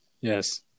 Yes